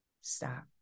Stop